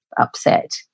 upset